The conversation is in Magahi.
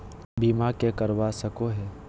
बीमा के करवा सको है?